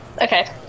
Okay